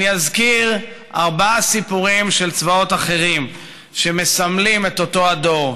אני אזכיר ארבעה סיפורים של צבאות אחרים שמסמלים את אותו הדור.